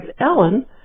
Ellen